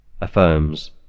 affirms